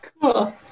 Cool